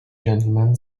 gentlemen